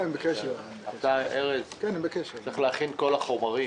צריך להכין את כל החומרים.